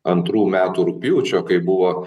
antrų metų rugpjūčio kai buvo